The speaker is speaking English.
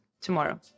tomorrow